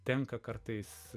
tenka kartais